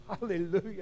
Hallelujah